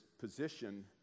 position